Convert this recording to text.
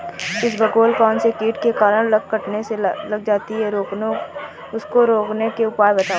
इसबगोल कौनसे कीट के कारण कटने लग जाती है उसको रोकने के उपाय बताओ?